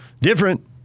Different